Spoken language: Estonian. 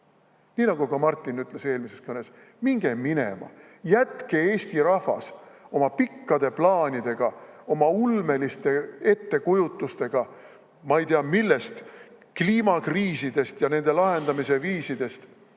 Nii nagu ka Martin ütles eelmises kõnes: "Minge minema!" Jätke Eesti rahvas oma pikkade plaanidega, oma ulmeliste ettekujutustega ma ei tea millest, kliimakriisidest ja nende lahendamise viisidest.